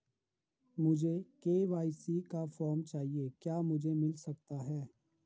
मुझे के.वाई.सी का फॉर्म चाहिए क्या मुझे मिल सकता है?